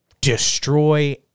destroy